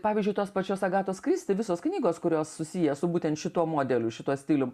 pavyzdžiui tos pačios agatos kristi visos knygos kurios susiję su būtent šituo modeliu šituo stilium